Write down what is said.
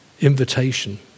invitation